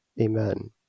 Amen